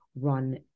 run